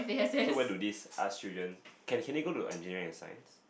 so where do these Art stream students can they go to Engineering Science